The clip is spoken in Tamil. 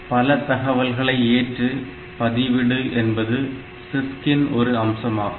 பல தகவல்களை ஏற்று பதிவிடு என்பது CISC இன் ஒரு அம்சமாகும்